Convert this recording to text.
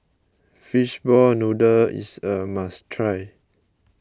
Fishball Noodle is a must try